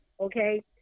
okay